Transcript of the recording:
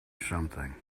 something